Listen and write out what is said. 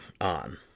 on